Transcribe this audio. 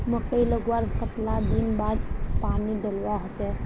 मकई लगवार कतला दिन बाद पानी डालुवा होचे?